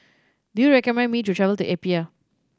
do you recommend me to travel to Apia